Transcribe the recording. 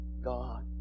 God